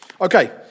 Okay